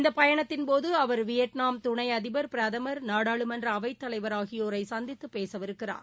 இந்த பயணத்தின்போது அவர் வியட்நாம் துணை அதிபர் பிரதமர் நாடாளுமன்ற அவைத்தலைவர் ஆகியோரை சந்தித்து பேசவிருக்கிறார்